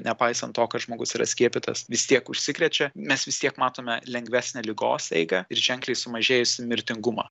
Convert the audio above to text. nepaisant to kad žmogus yra skiepytas vis tiek užsikrečia mes vis tiek matome lengvesnę ligos eigą ir ženkliai sumažėjusį mirtingumą